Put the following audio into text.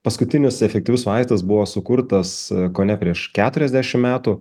paskutinis efektyvus vaistas buvo sukurtas kone prieš keturiasdešim metų